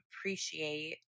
appreciate